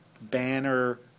banner